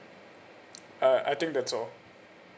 uh I think that's all